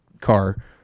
car